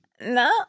No